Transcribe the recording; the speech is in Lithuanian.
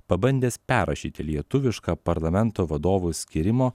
pabandęs perrašyti lietuvišką parlamento vadovo skyrimo